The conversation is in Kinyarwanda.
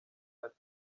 ati